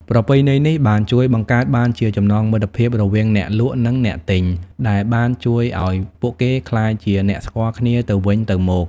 ប្រពៃណីនេះបានជួយបង្កើតបានជាចំណងមិត្តភាពរវាងអ្នកលក់នឹងអ្នកទិញ ដែលបានជួយធ្វើឲ្យពួកគេក្លាយជាអ្នកស្គាល់គ្នាទៅវិញទៅមក។